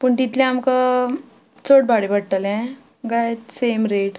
पूण तितलें आमकां चड भाडें पडटले गाय सेम रेट